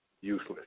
useless